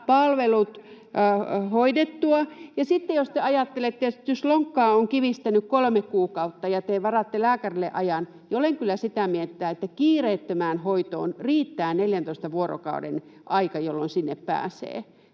palvelut hoidettua? Ja sitten jos lonkkaa on kivistänyt kolme kuukautta ja te varaatte lääkärille ajan, niin olen kyllä sitä mieltä, että kiireettömään hoitoon riittää 14 vuorokauden aika, jolloin sinne pääsee.